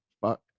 Fuck